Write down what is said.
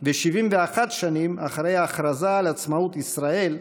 ו-71 שנים אחרי ההכרזה על עצמאות ישראל,